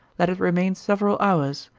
let it remain several hours,